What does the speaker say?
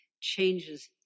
changes